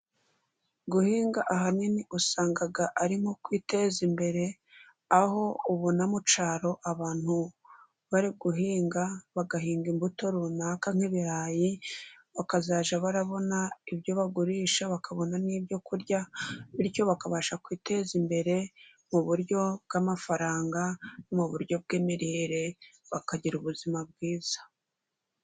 Guhinga ahanini usanga ari nko kwiteza imbere, aho ubona mu cyaro abantu bari guhinga, bagahinga imbuto runaka nk'ibirayi, bakajya babona ibyo bagurisha, bakabona n'ibyo kurya, bityo bakabasha kwiteza imbere mu buryo bw'amafaranga, mu buryo bw'imirire bakagira ubuzima bwiza.